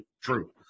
True